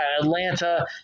Atlanta